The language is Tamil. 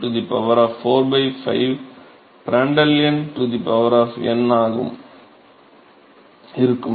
023 4 5 பிராண்டல் எண் n ஆக இருக்கும்